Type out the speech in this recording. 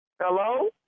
Hello